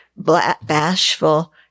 bashful